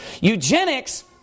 Eugenics